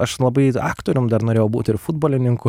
aš labai aktorium dar norėjau būt ir futbolininku